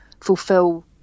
fulfill